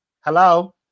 Hello